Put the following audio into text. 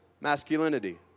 masculinity